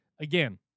again